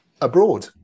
abroad